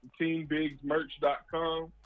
teambigsmerch.com